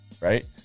Right